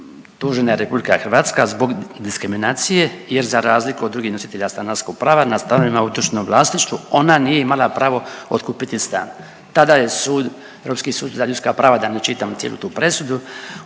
Tužena je Republika Hrvatska zbog diskriminacije, jer za razliku od drugih nositelja stanarskog prava na stanovima u …/Govornik se ne razumije./… vlasništvu ona nije imala pravo otkupiti stan. Tada je sud, Europski sud za ljudska prava da ne čitam cijelu tu presudu